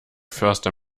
förster